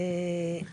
רגע, עצור.